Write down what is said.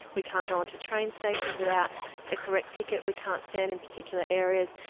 we can't go on to train stations without a correct ticket, we can't stand in particular areas,